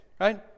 right